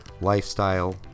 lifestyle